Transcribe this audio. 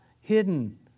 hidden